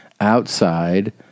outside